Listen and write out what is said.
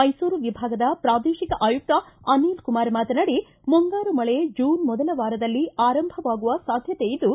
ಮೈಸೂರು ವಿಭಾಗದ ಪ್ರಾದೇಶಿಕ ಆಯುಕ್ತ ಅನಿಲ್ ಕುಮಾರ್ ಮಾತನಾಡಿ ಮುಂಗಾರು ಮಳೆ ಜೂನ್ ಮೊದಲ ವಾರದಲ್ಲಿ ಆರಂಭವಾಗುವ ಸಾಧ್ಯತೆ ಇದ್ದು